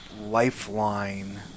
lifeline